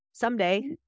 someday